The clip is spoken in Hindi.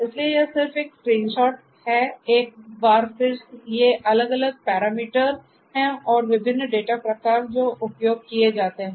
इसलिए यह सिर्फ एक स्क्रीनशॉट है एक बार फिर ये अलग अलग पैरामीटर हैं और विभिन्न डेटा प्रकार जो उपयोग किए जाते हैं